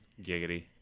Giggity